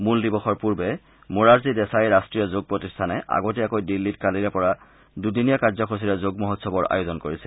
মূল দিৱসৰ পূৰ্বে মোৰৰজী দেশাই ৰট্টীয় যোগ প্ৰতিষ্ঠানে আগতীয়াকৈ দিল্লীত কালিৰে পৰা দুদিনীয়া কাৰ্য্যসূচীৰে যোগ মহোৎসৱৰ আয়োজন কৰিছে